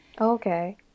Okay